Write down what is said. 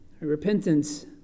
Repentance